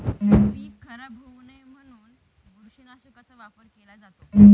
पीक खराब होऊ नये म्हणून बुरशीनाशकाचा वापर केला जातो